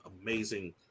amazing